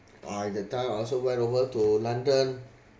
!wah! that time I also went over to london